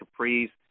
capris